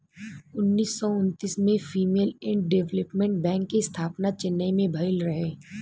उन्नीस सौ उन्तीस में फीमेल एंड डेवलपमेंट बैंक के स्थापना चेन्नई में भईल रहे